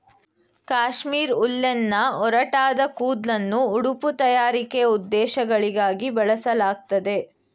ಕಾಶ್ಮೀರ್ ಉಲ್ಲೆನ್ನ ಒರಟಾದ ಕೂದ್ಲನ್ನು ಉಡುಪು ತಯಾರಿಕೆ ಉದ್ದೇಶಗಳಿಗಾಗಿ ಬಳಸಲಾಗ್ತದೆ